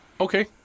Okay